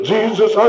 Jesus